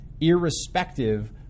irrespective